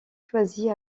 choisit